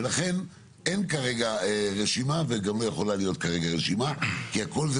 ולכן אין כרגע רשימה וגם לא יכולה להיות כרגע רשימה כי הכול זה